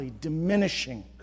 diminishing